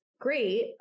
Great